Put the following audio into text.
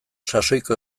sasoiko